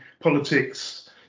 politics